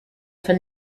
for